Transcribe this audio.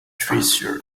treasure